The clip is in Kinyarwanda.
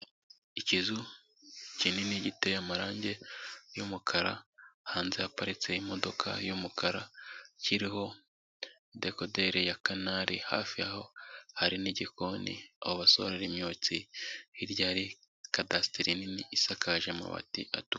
Ikizu kinini giteye amarangi y'umukara, hanze yaparitse imodoka y'umukara, kiriho dekoderi ya kanari, hafi aho hari n'igikoni aho basorera imyotsi, hirya hari kadasiteri nini isakaje amabati atukura.